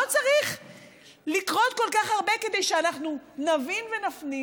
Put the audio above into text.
לא צריך לקרות כל כך הרבה כדי שאנחנו נבין ונפנים